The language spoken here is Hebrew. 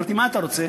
אמרתי: מה אתה רוצה?